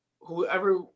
whoever